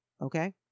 Okay